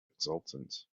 exultant